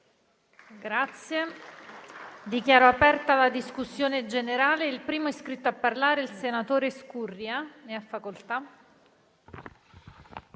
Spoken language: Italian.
Dichiaro aperta la discussione generale. È iscritto a parlare il senatore Scurria.